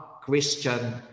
Christian